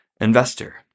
investor